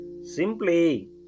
simply